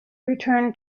return